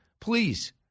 Please